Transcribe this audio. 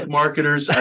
marketers